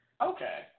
Okay